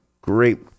Great